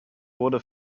wurde